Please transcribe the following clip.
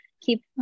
keep